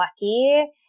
lucky